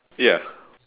ya